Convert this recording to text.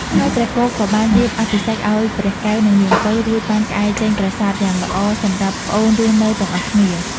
ហើយព្រះគោក៏បានរៀបអភិសេកឲ្យព្រះកែវនិងនាងពៅ រួចបានក្អែចេញប្រាសាទយ៉ាងល្អសម្រាប់ប្អូនរស់នៅទាំងអស់គ្នា។